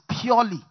purely